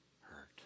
hurt